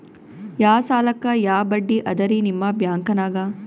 ಯಾ ಸಾಲಕ್ಕ ಯಾ ಬಡ್ಡಿ ಅದರಿ ನಿಮ್ಮ ಬ್ಯಾಂಕನಾಗ?